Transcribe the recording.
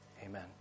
amen